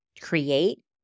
create